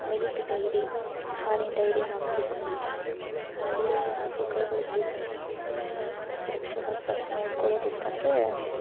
milk dairy ಹಾಲಿನ dairy ಹಾಕಬೇಕು ಅಂತ ಹಾಕಿದರೇ ಹಸು ಕರುಗಳು ಬೇಕಲ್ವಾ ಸುರಕ್ಷವಾಗಿ ಫಸ್ಟ್ ನೋಡ್ಕೊಳ್ಳೋದಿತ್ತಂದ್ರೇ